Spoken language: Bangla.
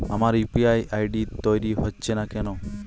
আমার ইউ.পি.আই আই.ডি তৈরি হচ্ছে না কেনো?